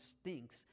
stinks